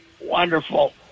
wonderful